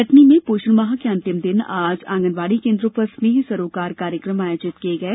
कटनी में पोषण माह के अंतिम दिन आज आंगनवाड़ी केंद्रों पर स्नेह सरोकार कार्यक्रम आयोजित किए गए